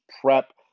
Prep